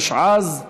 התשע"ז 2018,